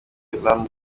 lam